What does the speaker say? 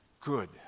good